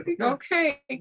okay